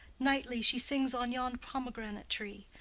nightly she sings on yond pomegranate tree.